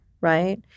right